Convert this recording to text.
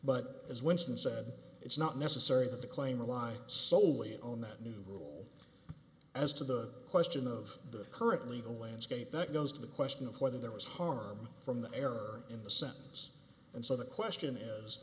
but as winston said it's not necessary that the claim rely solely on that new rule as to the question of the current legal landscape that goes to the question of whether there was harm from the error in the sentence and so the question is